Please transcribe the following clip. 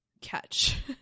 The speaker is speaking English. catch